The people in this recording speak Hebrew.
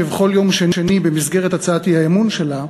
כבכל יום שני במסגרת הצעת האי-אמון שלה,